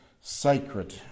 sacred